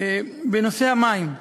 בנושא המים,